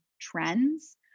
trends